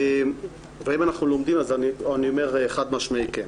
והאם אנחנו לומדים, אז אני אומר חד משמעי כן.